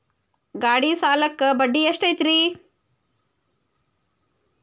ಗಾಡಿ ಸಾಲಕ್ಕ ಬಡ್ಡಿ ಎಷ್ಟೈತ್ರಿ?